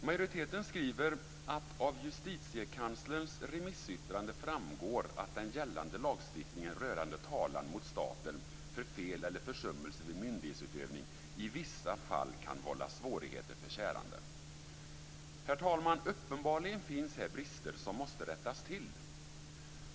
Majoriteten skriver att det av Justitiekanslerns remissyttrande framgår att den gällande lagstiftningen rörande talan mot staten för fel eller försummelse vid myndighetsutövning i vissa fall kan vålla svårigheter för käranden. Herr talman! Uppenbarligen finns här brister som måste rättas till.